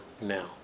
now